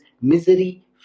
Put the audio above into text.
misery